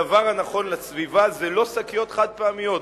הדבר הנכון לסביבה זה לא שקיות חד-פעמיות,